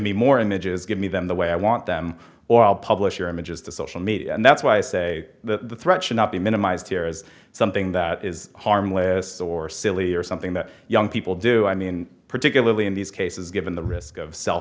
me more images give me them the way i want them or i'll publish your images to social media and that's why i say that the threat should not be minimized here as something that is harmless or silly or something that young people do i mean particularly in these cases given the risk of sel